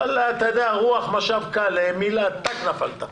ואללה אתה יודע, רוח, משב קל וטאק, נפלת.